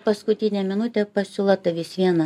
paskutinę minutę pasiūla vis viena